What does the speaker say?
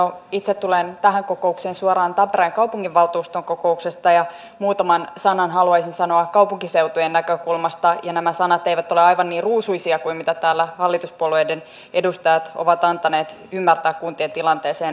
no itse tulen tähän kokoukseen suoraan tampereen kaupunginvaltuuston kokouksesta ja muutaman sanan haluaisin sanoa kaupunkiseutujen näkökulmasta ja nämä sanat eivät ole aivan niin ruusuisia kuin mitä täällä hallituspuolueiden edustajat ovat antaneet ymmärtää kuntien tilanteeseen liittyen